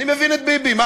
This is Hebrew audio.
אני מבין את ביבי.